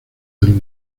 del